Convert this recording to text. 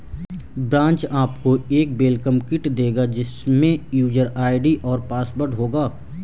branch आपको एक welcome kit देगा जिसमे यूजर आई.डी और पासवर्ड होगा